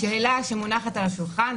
השאלה שמונחת על השולחן,